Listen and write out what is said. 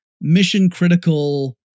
mission-critical